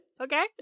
Okay